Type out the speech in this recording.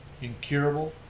incurable